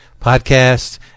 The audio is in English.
podcast